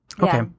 Okay